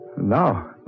Now